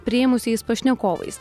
priėmusiais pašnekovais